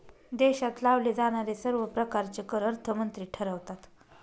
देशात लावले जाणारे सर्व प्रकारचे कर अर्थमंत्री ठरवतात